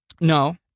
No